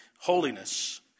holiness